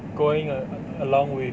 going err err along with